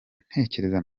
ntekereza